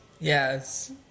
Yes